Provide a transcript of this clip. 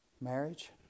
marriage